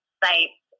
sites